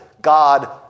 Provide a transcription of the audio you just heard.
God